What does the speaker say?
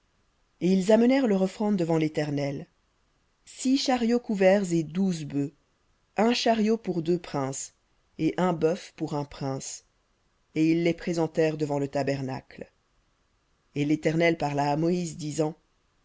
et ils amenèrent leur offrande devant l'éternel six chariots couverts et douze bœufs un chariot pour deux princes et un bœuf pour un et ils les présentèrent devant le tabernacle et l'éternel parla à moïse disant